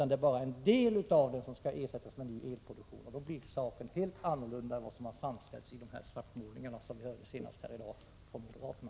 Det är bara en del av den som skall ersättas med ny elproduktion. Därmed blir saken helt annorlunda än vad som har framgått av de svartmålningar som presenterats oss senast här i dag av moderaterna.